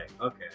okay